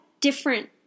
different